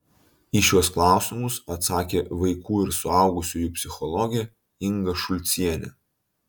į šiuos klausimus atsakė vaikų ir suaugusiųjų psichologė inga šulcienė